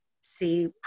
see